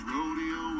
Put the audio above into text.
Rodeo